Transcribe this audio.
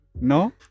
No